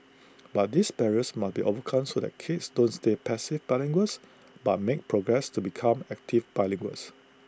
but this barriers must be overcome so that kids don't stay passive bilinguals but make progress to become active bilinguals